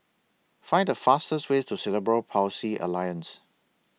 Find The fastest Way to Cerebral Palsy Alliance